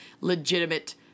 legitimate